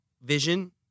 vision